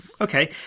Okay